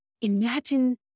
imagine